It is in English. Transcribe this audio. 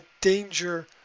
danger